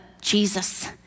Jesus